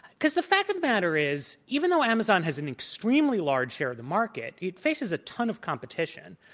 because the fact of the matter is even though amazon has an extremely large share of the market, it faces a ton of competition.